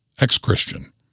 ex-Christian